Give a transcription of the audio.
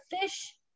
fish